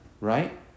right